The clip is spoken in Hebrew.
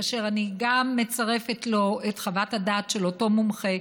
כאשר אני גם מצרפת לו את חוות הדעת של אותו מומחה,